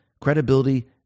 Credibility